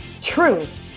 Truth